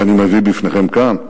שאני מביא בפניכם כאן.